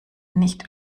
nicht